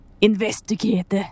Investigate